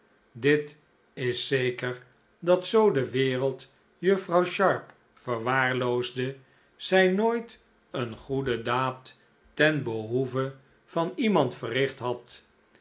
dit is zeker dat zoo de wereld juffrouw sharp verwaarloosde zij nooit een goede daad ten behoeve van iemand verricht had